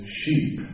sheep